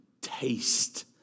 taste